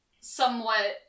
somewhat